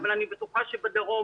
אבל אני בטוחה שבדרום